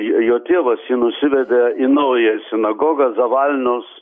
j jo tėvas jį nusivedė į naująją sinagogą zavalnos